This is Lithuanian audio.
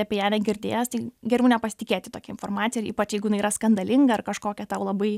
apie ją negirdėjęs tai geriau nepasitikėti tokia informacija ir ypač jeigu jinai yra skandalinga ar kažkokia tau labai